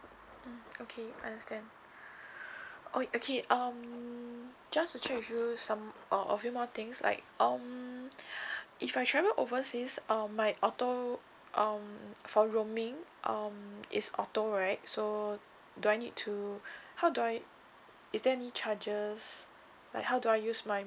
mm okay understand oh okay um just to check with you some uh a few more things like um if I travel overseas um my auto um for roaming um is auto right so do I need to how do I is there any charges like how do I use my